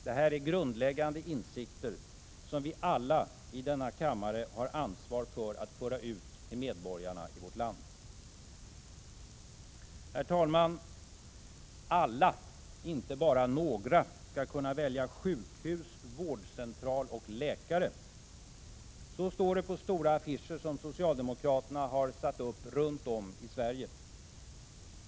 Detta är grundläggande insikter som vi alla i denna kammare har ansvar att föra ut till medborgarna i vårt land. ”Alla, inte bara några, ska kunna välja sjukhus, vårdcentral och läkare!” Så står det på stora affischer som socialdemokraterna satt upp runt om i Sverige.